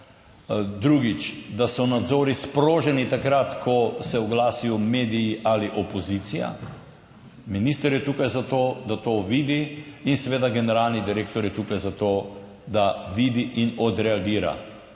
Drugič, da so nadzori sproženi takrat, ko se oglasijo mediji ali opozicija. Minister je tukaj zato, da to vidi in seveda generalni direktor je tukaj za to, da vidi in odreagira.